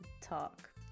talk